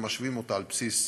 אם משווים אותה על בסיס